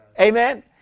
Amen